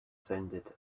sounded